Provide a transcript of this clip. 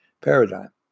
paradigm